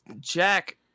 Jack